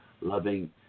loving